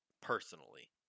personally